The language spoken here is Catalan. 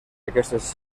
aquestes